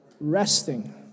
Resting